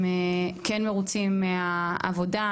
הם כן מרוצים מהעבודה,